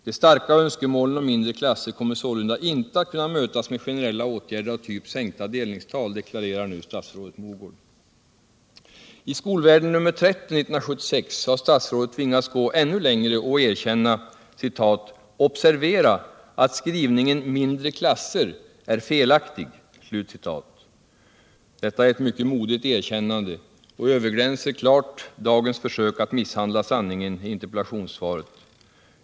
De starka önskemålen om mindre klasser kommer sålunda inte att kunna mötas med generella åtgärder av typ sänkta delningstal, deklarerar nu statsrådet Mogård.” I Skolvärlden nr 30/1976 har statsrådet tvingats gå ännu längre och erkänna: ”Observera att skrivningen mindre klasser är felaktig.” Detta är ett mycket modigt erkännande och överglänser klart dagens försök att misshandla sanningen i interpellationssvaret.